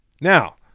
Now